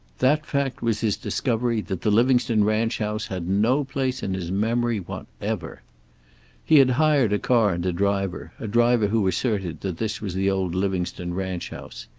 that fact was his discovery that the livingstone ranch house had no place in his memory whatever. he had hired a car and a driver, a driver who asserted that this was the old livingstone ranch house.